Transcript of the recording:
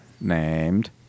named